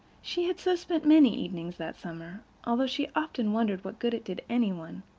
she had so spent many evenings that summer, although she often wondered what good it did any one,